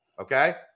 okay